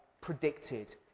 predicted